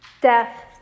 death